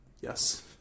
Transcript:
yes